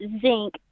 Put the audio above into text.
zinc